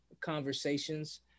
conversations